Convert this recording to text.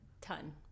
ton